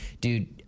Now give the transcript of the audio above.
dude